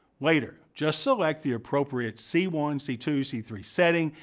later, just select the appropriate c one, c two, c three setting,